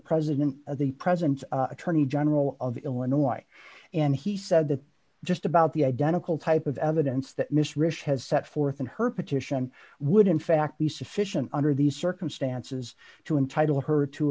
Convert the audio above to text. president of the present attorney general of illinois and he said that just about the identical type of evidence that mr rich has set forth in her petition would in fact be sufficient under these circumstances to entitle her to